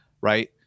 right